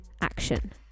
Action